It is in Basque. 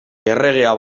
erregea